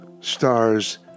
stars